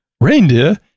Reindeer